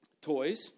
toys